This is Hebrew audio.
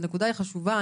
זאת נקודה חשובה.